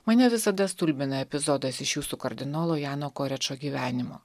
mane visada stulbina epizodas iš jūsų kardinolo jano korečo gyvenimo